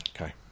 Okay